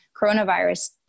coronavirus